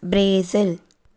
Brazil